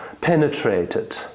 penetrated